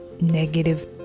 negative